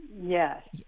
Yes